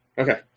Okay